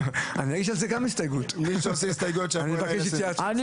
הרי בכל זאת עבדנו פה כמעט יום שלם.